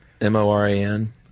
M-O-R-A-N